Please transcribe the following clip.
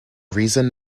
reason